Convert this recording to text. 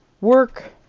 work